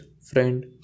friend